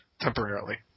temporarily